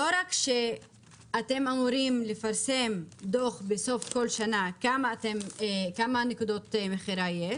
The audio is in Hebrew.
לא רק שאתם אמורים לפרסם דוח בסוף כל שנה ובו כמה נקודות מכירה יש,